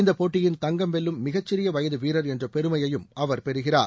இந்த போட்டியின் தங்கம் வெல்லும் மிகச்சிறிய வயது வீரர் என்ற பெருமையையும் அவர் பெறுகிறார்